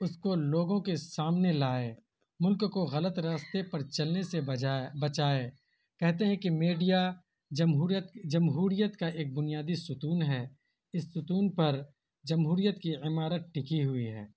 اس کو لوگوں کے سامنے لائے ملک کو غلط راستے پر چلنے سے بجائے بچائے کہتے ہے کہ میڈیا جمہوریت جمہوریت کا ایک بنیادی ستون ہے اس ستون پر جمہوریت کی عمارت ٹکی ہوئی ہے